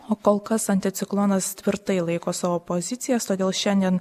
o kol kas anticiklonas tvirtai laiko savo pozicijas todėl šiandien